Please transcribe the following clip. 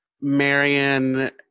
Marion